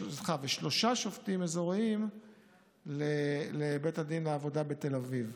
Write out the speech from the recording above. ושלושה שופטים אזוריים לבית הדין לעבודה בתל אביב.